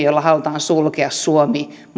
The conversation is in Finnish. jolla halutaan sulkea suomi